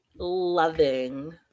loving